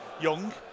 Young